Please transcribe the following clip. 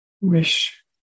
wish